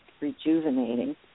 rejuvenating